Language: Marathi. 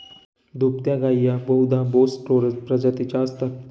दुभत्या गायी या बहुधा बोस टोरस प्रजातीच्या असतात